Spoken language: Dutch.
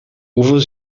hoeveel